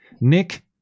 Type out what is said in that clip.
Nick